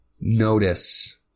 notice